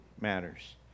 matters